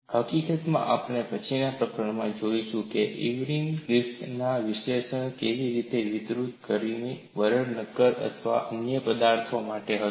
હકીકતમાં આપણે પછીના પ્રકરણમાં જોઈશું ઇરવિને ગ્રિફિથના વિશ્લેષણને કેવી રીતે વિસ્તૃત કર્યું જે બરડ નક્કર અથવા તન્ય પદાર્થો માટે હતું